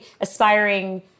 aspiring